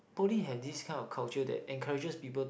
poly have this kind of culture that encourages people